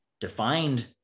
defined